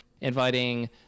inviting